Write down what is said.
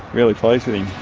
really pleased with him.